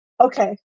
Okay